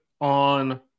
on